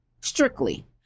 strictly